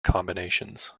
combinations